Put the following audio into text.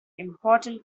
important